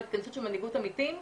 התכנסות של מנהיגות עמיתים,